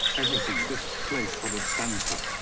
everything. this place, what it stands for.